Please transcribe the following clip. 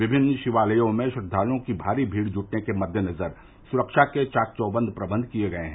विभिन्न शिवालयों मे श्रद्वालुओं की भारी भीड़ जुटने के मद्देनजर सुरक्षा के चाक चौबंद प्रबंध किये गये हैं